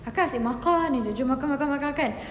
kai kai masih makan jumpa makan makan makan